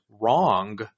wrong